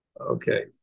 Okay